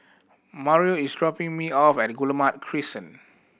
Mario is dropping me off at Guillemard Crescent